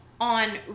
on